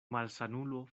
malsanulo